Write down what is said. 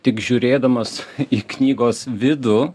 tik žiūrėdamas į knygos vidų